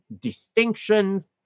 distinctions